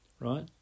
right